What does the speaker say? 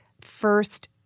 first